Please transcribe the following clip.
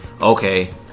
okay